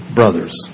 brothers